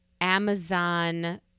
Amazon